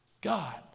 God